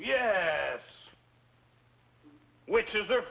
yes which is there